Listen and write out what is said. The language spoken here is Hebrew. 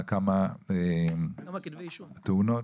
כמה תאונות?